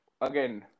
again